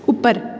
ਉੱਪਰ